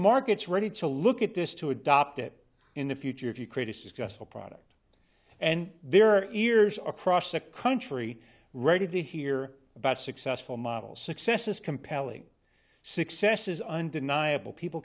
markets ready to look at this to adopt it in the future if you criticize just a product and there are ears across the country ready to hear about successful models success is compelling success is undeniable people